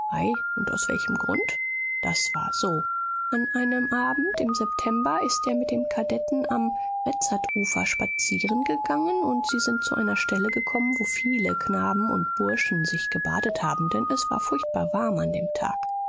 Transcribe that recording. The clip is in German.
und aus welchem grund das war so an einem abend im september ist er mit dem kadetten am rezatufer spazieren gegangen und sie sind zu einer stelle gekommen wo viele knaben und burschen sich gebadet haben denn es war furchtbar warm an dem tag